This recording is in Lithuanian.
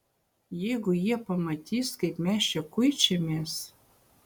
jeigu jie pamatys kaip mes čia kuičiamės